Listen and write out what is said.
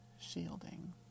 shielding